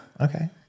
Okay